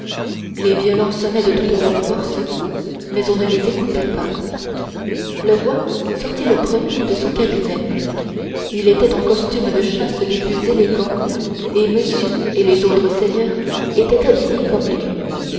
les violons sonnaient de toutes leurs forces mais on ne les écoutait pas le roi sortit le premier de son cabinet il était en costume de chasse des plus élégants et monsieur et les autres seigneurs étaient habillés comme lui